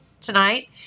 tonight